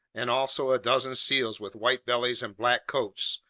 and also a dozen seals with white bellies and black coats,